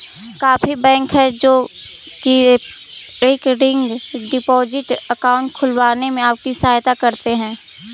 काफी बैंक हैं जो की रिकरिंग डिपॉजिट अकाउंट खुलवाने में आपकी सहायता करते हैं